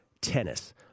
tennis